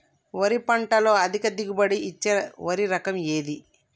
వరి పంట లో అధిక దిగుబడి ఇచ్చే వరి రకం ఏది?